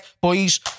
boys